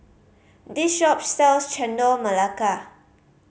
this shop sells Chendol Melaka